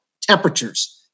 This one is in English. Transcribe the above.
temperatures